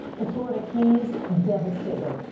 the florida keys devastated.